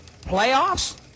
Playoffs